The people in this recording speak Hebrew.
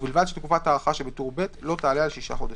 ובלבד שתקופת ההארכה שבטור ב' לא תעלה על שישה חודשים."